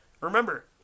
remember